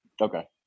Okay